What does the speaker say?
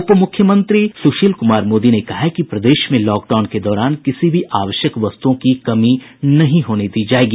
उपमुख्यमंत्री सुशील कुमार मोदी ने कहा है कि प्रदेश में लॉक डाउन के दौरान किसी भी आवश्यक वस्तुओं की कमी नहीं होने दी जायेगी